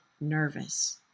nervous